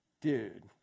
Dude